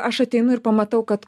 aš ateinu ir pamatau kad